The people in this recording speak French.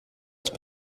être